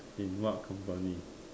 in what company